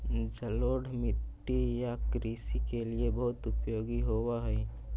जलोढ़ मिट्टी या कृषि के लिए बहुत उपयोगी होवअ हई